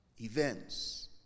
events